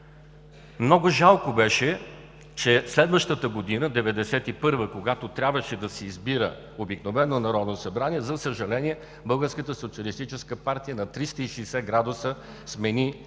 Много жалко беше, че в следващата година – 1991 г., когато трябваше да се избира обикновено Народно събрание, за съжаление, Българската социалистическа партия на 360 градуса смени своето